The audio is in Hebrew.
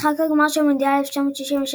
משחק הגמר של מונדיאל 1966,